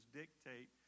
dictate